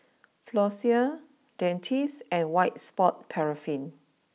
Floxia Dentiste and White Sport Paraffin